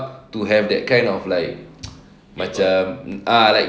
to have that kind of like macam ah